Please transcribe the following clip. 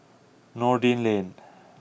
Noordin Lane